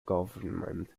government